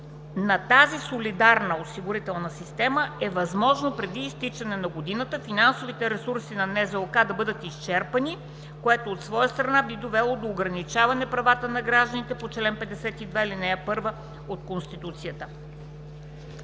на тази солидарна осигурителна система, е възможно преди изтичане на годината финансовите ресурси на НЗОК да бъдат изчерпани, което от своя страна би довело до ограничаване на правата на гражданите по чл. 52, ал. 1 от Конституцията.